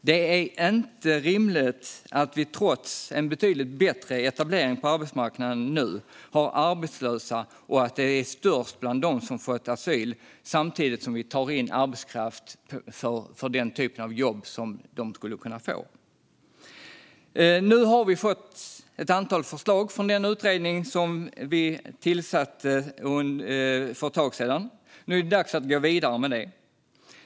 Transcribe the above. Det är inte rimligt att vi trots en betydligt bättre etablering på arbetsmarknaden har arbetslösa och att den är störst bland dem som fått asyl samtidigt som vi tar in arbetskraft för den typ av jobb som de skulle kunna få. Vi har fått ett antal förslag från den utredning som vi tillsatte för ett tag sedan, och nu är det dags att gå vidare med dem.